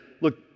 look